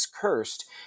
Cursed